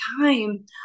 time